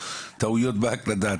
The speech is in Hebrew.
היו טעויות בהקלדה,